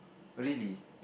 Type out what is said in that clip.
really